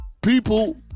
people